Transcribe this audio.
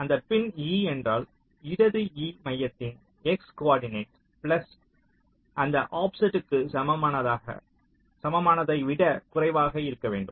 அந்த பின் e என்றால் இடது e மையத்தின் x கோர்டினேட் பிளஸ் அந்த ஆஃப்செட்க்கு சமமானதை விட குறைவாக இருக்க வேண்டும்